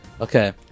Okay